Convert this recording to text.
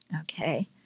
Okay